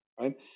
right